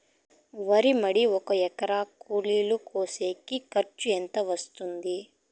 వరి మడి ఒక ఎకరా కూలీలు కోసేకి ఖర్చు ఎంత వస్తుంది?